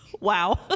wow